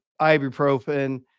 ibuprofen